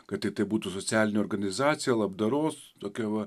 kad tai tai būtų socialinė organizacija labdaros tokia va